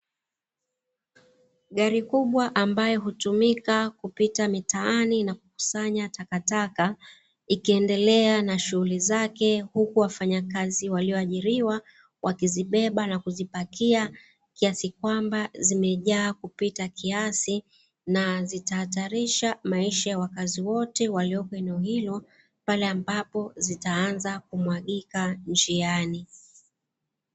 Gari kubwa ambayo hutumika kupita mitaani na kukusanya takataka, ikiendelea na shughuli zake huku wafanyakazi walioajiriwa wakizibeba na kuzipakia, kiasi kwamba zimejaa kupita kiasi na zitahatarisha maisha ya wakazi wote waliopo eneo hilo, pale ambapo zitaanza kumwagika njiani.